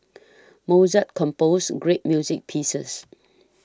Mozart composed great music pieces